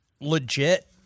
Legit